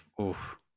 oof